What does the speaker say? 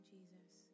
Jesus